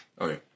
Okay